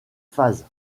phases